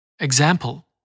Example